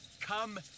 come